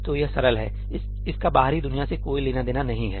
तो यह सरल है इसका बाहरी दुनिया से कोई लेना देना नहीं है